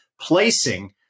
placing